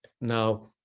Now